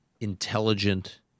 intelligent